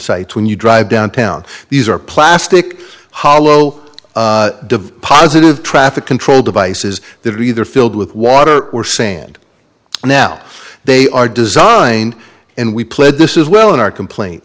sites when you drive downtown these are plastic hollow positive traffic control devices that are either filled with water or sand and now they are designed and we played this is well in our complain